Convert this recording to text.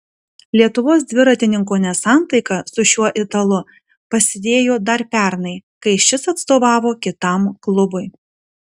lietuvos dviratininko nesantaika su šiuo italu pasidėjo dar pernai kai šis atstovavo kitam klubui